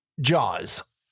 Jaws